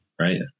right